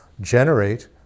generate